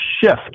shift